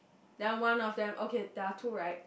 then one of them okay there are two right